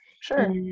Sure